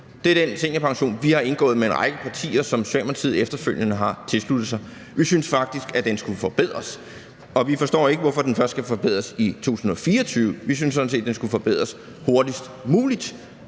Det er den seniorpension, vi har indgået en aftale med en række partier om, og som Socialdemokratiet efterfølgende har tilsluttet sig. Vi synes faktisk, at den skal forbedres, og vi forstår ikke, hvorfor den først skal forbedres i 2024. Vi synes sådan set, at den skulle forbedres hurtigst muligt,